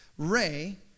Ray